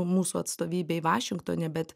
mūsų atstovybei vašingtone bet